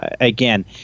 again